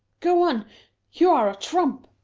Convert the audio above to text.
go on you are a trump!